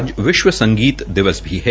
आज विश्व संगीत दिवस भी है